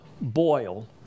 boil